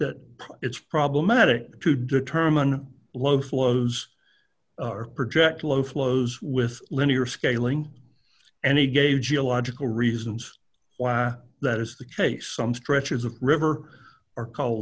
that it's problematic to determine low flows or project low flows with linear scaling and he gave geological reasons why that is the case some stretches of river